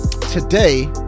today